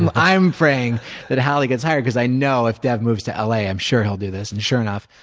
i'm i'm praying that halle gets hired because i know, if dev moves to l a, i'm sure he'll do this. and, sure enough,